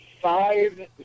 five